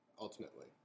ultimately